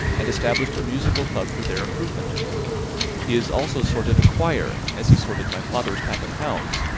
and established a musical club for their improvement he has also sorted a choir, as he sorted my father's pack of hounds,